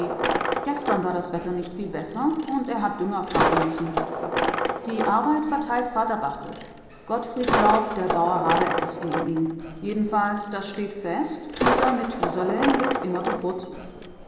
gestern war das wetter nicht viel besser und er hat dünger fahren müssen die arbeit verteilt vater barthel gottfried glaubt der bauer habe etwas gegen ihn jedenfalls das steht fest dieser methusalem wird immer bevorzugt